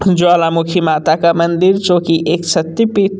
ज्वालामुखी माता का मंदिर जो कि एक शक्तिपीठ